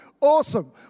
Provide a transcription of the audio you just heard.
Awesome